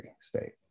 state